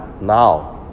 now